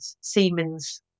Siemens